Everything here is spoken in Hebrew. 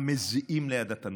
המזיעים ליד התנור,